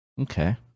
Okay